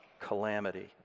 calamity